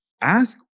ask